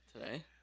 today